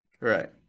right